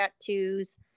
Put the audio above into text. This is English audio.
tattoos